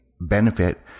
benefit